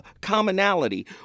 commonality